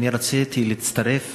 אני רציתי להצטרף